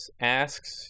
asks